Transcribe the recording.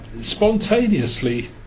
spontaneously